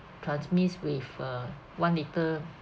transmit with uh one litre